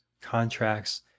contracts